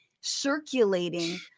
circulating